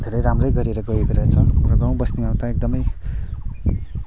धेरै राम्रै गरेर गएको रहेछ हाम्रो गाउँ बस्तीमा त एकदमै